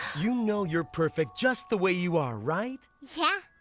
you know you're perfect just the way you are, right? yeah!